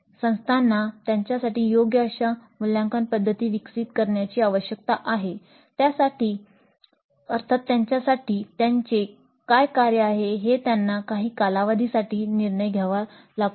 संस्थांना त्यांच्यासाठी योग्य अशा मूल्यांकन पद्धती विकसित करण्याची आवश्यकता आहे त्यांच्यासाठी त्यांचे काय कार्य आहे हे त्यांना काही कालावधीसाठी निर्णय घ्यावा लागतो